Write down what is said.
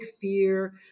fear